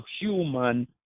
human